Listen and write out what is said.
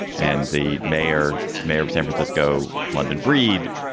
and the mayor, mayor of san francisco, london bried